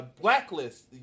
blacklist